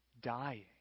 dying